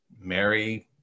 Mary